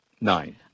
Nine